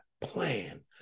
plan